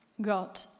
God